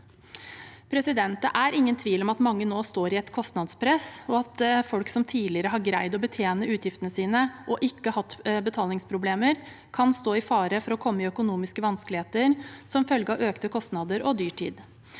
fremmet. Det er ingen tvil om at mange nå står i et kostnadspress, og at folk som tidligere har greid å betjene utgiftene sine og ikke har hatt betalingsproblemer, kan stå i fare for å komme i økonomiske vanskeligheter som følge av økte kostnader og dyrtid.